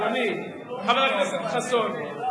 אדוני חבר הכנסת חסון,